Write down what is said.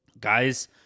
guys